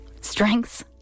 Strengths